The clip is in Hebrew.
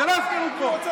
זה לא הפקרות פה.